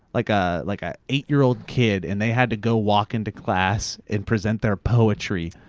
like ah like a eight year old kid, and they had to go walk into class and present their poetry,